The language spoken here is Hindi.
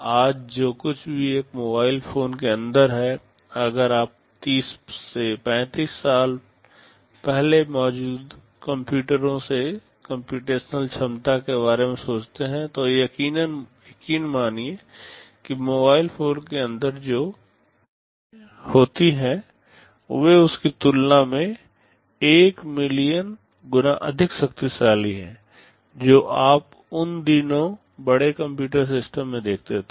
आज जो कुछ भी एक मोबाइल फोन के अंदर है अगर आप 30 से 35 साल पहले मौजूद कंप्यूटरों की कम्प्यूटेशनल क्षमता के बारे में सोचते हैं तो यकीन मानिए कि मोबाइल फोन के अंदर जो प्रक्रियाएं होती हैं वे उसकी तुलना में 1 मिलियन गुना अधिक शक्तिशाली हैं जो आप उन दिनों बड़े कंप्यूटर सिस्टम में देखते थे